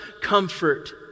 comfort